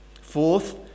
Fourth